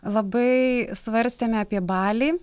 labai svarstėme apie balį